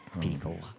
people